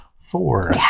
four